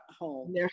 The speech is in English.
home